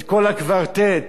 כל הקוורטט,